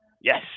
Yes